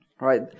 right